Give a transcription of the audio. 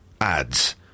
ads